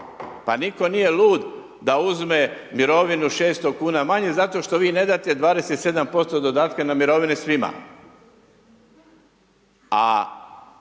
Pa nitko nije lud da uzme mirovinu 600 kn manje, zato što vi ne date 27% dodatka na mirovine svima.